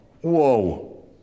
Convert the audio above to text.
Whoa